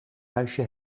huisje